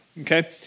okay